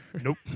Nope